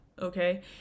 okay